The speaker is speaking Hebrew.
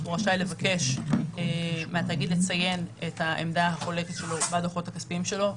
הוא רשאי לבקש מהתאגיד לציין את העמדה החולקת שלו בדוחות הכספיים שלו,